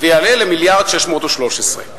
ויעלה ל-1.613 מיליארד.